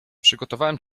przygotowałem